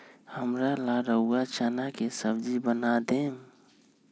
हमरा ला रउरा चना के सब्जि बना देम